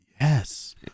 Yes